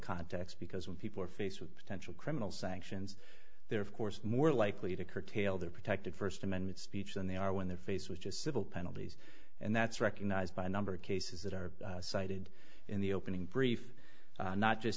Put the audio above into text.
context because when people are faced with potential criminal sanctions they're of course more likely to curtail their protected first amendment speech than they are when they're face which is civil penalties and that's recognized by a number of cases that are cited in the opening brief not just